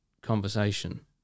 conversation